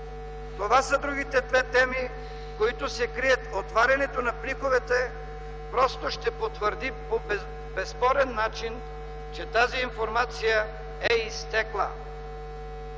Това са другите две теми, които се крият. Отварянето на пликовете ще потвърди по безспорен начин, че тази информация е изтекла.